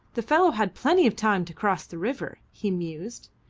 the fellow had plenty of time to cross the river, he mused,